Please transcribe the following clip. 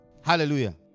Hallelujah